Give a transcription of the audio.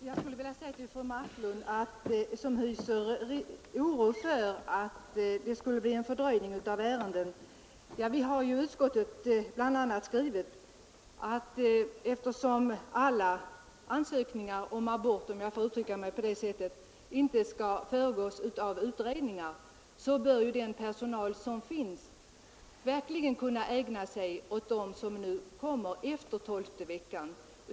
Herr talman! Fru Marklund hyser oro för att det med en kuratorsutredning skulle bli en fördröjning med behandlingen av ärendena. Vi har i utskottsbetänkandet bl.a. skrivit att eftersom ansökningar om abort före tolfte veckan — om jag får uttrycka mig på det sättet — enligt förslaget inte skall föregås av utredning, så bör den personal som varit engagerad i det nuvarande utredningsarbetet verkligen kunna ägna sig åt dem som begär abort efter tolfte veckan.